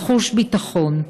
לחוש ביטחון,